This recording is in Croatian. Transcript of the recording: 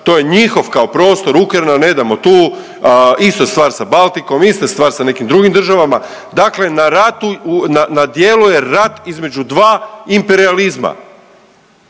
to je njihov kao prostor, Ukrajinu ne damo tu, ista stvar sa Baltikom, ista stvar sa nekim drugim državama, dakle na dijelu je rat između dva imperijalizma